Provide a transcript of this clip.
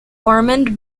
ormond